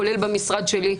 כולל במשרד שלי,